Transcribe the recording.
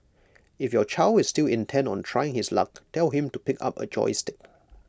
if your child is still intent on trying his luck tell him to pick up A joystick